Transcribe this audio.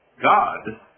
God